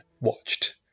watched